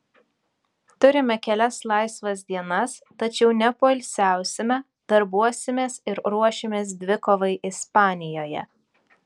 turime kelias laisvas dienas tačiau nepoilsiausime darbuosimės ir ruošimės dvikovai ispanijoje